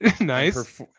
Nice